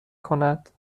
کند